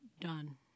done